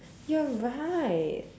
you're right